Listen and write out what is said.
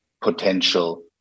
potential